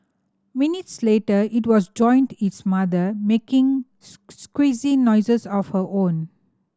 minutes later it was joined its mother making squeaky noises of her own